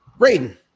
Braden